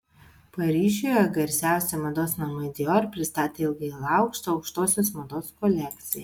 paryžiuje garsiausi mados namai dior pristatė ilgai lauktą aukštosios mados kolekciją